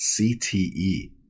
CTE